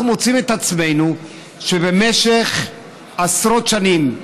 אנחנו מוצאים את עצמנו שבמשך עשרות שנים,